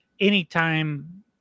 anytime